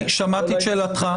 שמעתי את שאלתך,